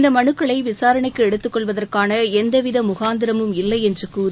இந்த மலுக்களை விசாரணைக்கு எடுத்துக் கொள்வதற்கான எந்தவித முகாந்திரமும் இல்லை என்று கூறி